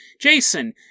Jason